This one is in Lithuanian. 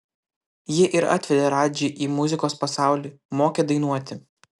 ji ir atvedė radžį į muzikos pasaulį mokė dainuoti